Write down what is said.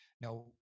now